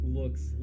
looks